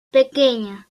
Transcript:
pequeña